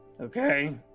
Okay